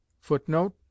Footnote